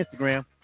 Instagram